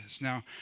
Now